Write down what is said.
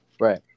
Right